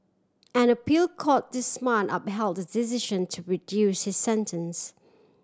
an appeal court this month upheld the decision to reduce his sentence